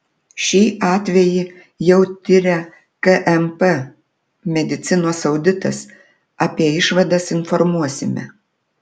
šį atvejį jau tiria kmp medicinos auditas apie išvadas informuosime